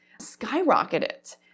skyrocketed